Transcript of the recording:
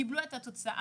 קיבלו את התוצאה,